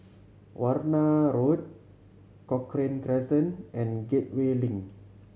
Warna Road Cochrane Crescent and Gateway Link